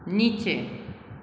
नीचे